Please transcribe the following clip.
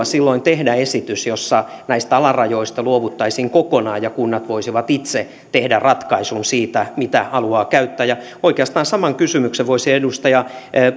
silloin tehdä esitys jossa näistä alarajoista luovuttaisiin kokonaan ja kunnat voisivat itse tehdä ratkaisun siitä mitä haluavat käyttää oikeastaan saman kysymyksen voisin kysyä edustaja